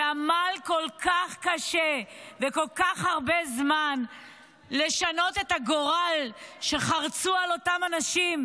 שעמל כל כך קשה וכל כך הרבה זמן לשנות את הגורל שחרצו על אותם אנשים,